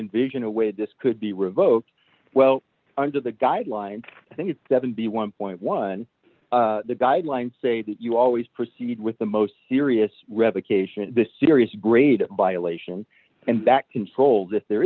envision a way this could be revoked well under the guidelines i think it's seventy one point one the guidelines say that you always proceed with the most serious revocation serious grade by elation and that controls if there